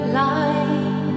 light